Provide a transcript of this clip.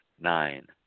Nine